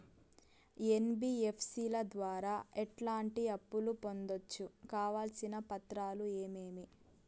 NBFC ల ద్వారా ఎట్లాంటి అప్పులు పొందొచ్చు? కావాల్సిన పత్రాలు ఏమేమి?